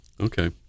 Okay